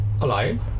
Alive